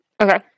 Okay